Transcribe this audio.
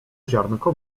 ziarnko